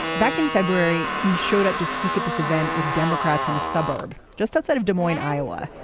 back in february he showed up to speak at this event with democrats in a suburb just outside of des moines iowa.